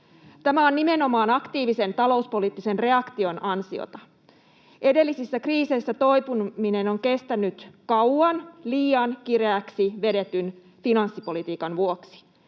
Tämä on nimenomaan aktiivisen talouspoliittisen reaktion ansiota. Edellisissä kriiseissä toipuminen on kestänyt kauan liian kireäksi vedetyn finanssipolitiikan vuoksi.